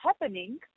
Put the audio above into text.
happening